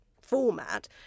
format